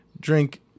drink